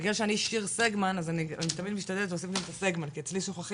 אז צהריים